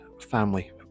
family